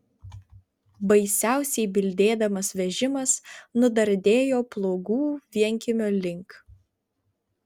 baisiausiai bildėdamas vežimas nudardėjo pluogų vienkiemio link